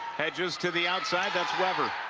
hedges to the outside. that's weber.